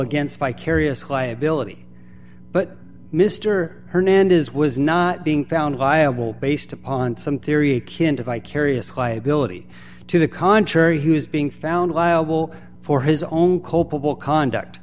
of vicarious liability but mr hernandez was not being found liable based upon some theory kinda vicarious liability to the contrary he was being found liable for his own culpable conduct